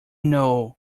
know